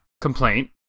complaint